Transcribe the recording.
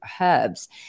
herbs